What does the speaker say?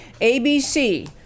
ABC